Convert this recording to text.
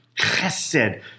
chesed